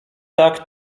tak